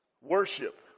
Worship